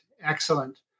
excellent